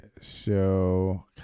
show